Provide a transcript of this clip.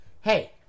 Hey